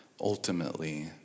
ultimately